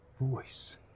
voice